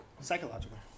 Psychological